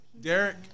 Derek